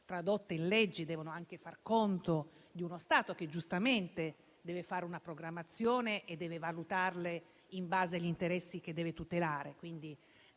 tradotte in leggi, debbano anche far conto di uno Stato che giustamente deve fare una programmazione e valutarle in base agli interessi da tutelare,